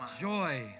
joy